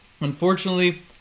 unfortunately